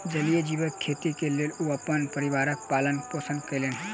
जलीय जीवक खेती कय के ओ अपन परिवारक पालन पोषण कयलैन